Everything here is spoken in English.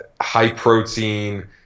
high-protein